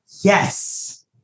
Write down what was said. Yes